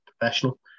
professional